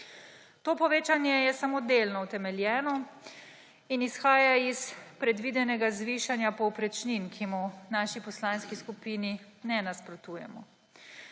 To povečanje je samo delno utemeljeno in izhaja iz predvidenega zvišanja povprečnin, ki mu v naši poslanski skupini ne nasprotujemo.